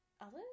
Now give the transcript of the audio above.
others